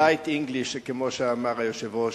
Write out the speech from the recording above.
Light English, כמו שאמר היושב-ראש.